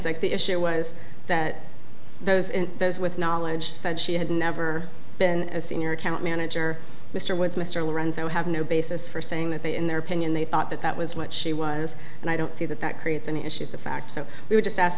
say the issue was that those in those with knowledge said she had never been as senior account manager mr woods mr lorenzo have no basis for saying that they in their opinion they thought that that was what she was and i don't see that that creates any issues of fact so we would just ask